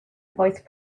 voice